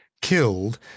killed